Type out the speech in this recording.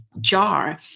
jar